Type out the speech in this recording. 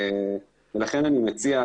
לכן אני מציע,